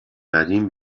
قدیم